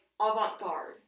avant-garde